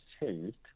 changed